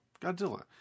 Godzilla